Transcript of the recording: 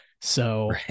So-